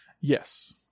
Yes